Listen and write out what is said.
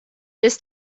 this